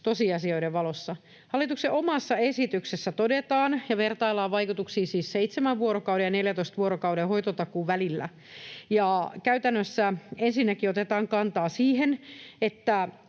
tosiasioiden valossa. Hallituksen omassa esityksessä todetaan ja vertaillaan vaikutuksia, siis seitsemän vuorokauden ja 14 vuorokauden hoitotakuun välillä, ja käytännössä ensinnäkin otetaan kantaa siihen,